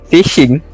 Fishing